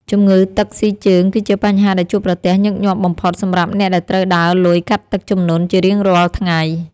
ជំងឺទឹកស៊ីជើង គឺជាបញ្ហាដែលជួបប្រទះញឹកញាប់បំផុតសម្រាប់អ្នកដែលត្រូវដើរលុយកាត់ទឹកជំនន់ជារៀងរាល់ថ្ងៃ។